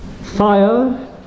fire